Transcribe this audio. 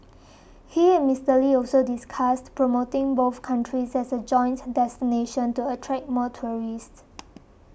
he and Mister Lee also discussed promoting both countries as a joint destination to attract more tourists